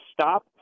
stop